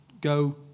go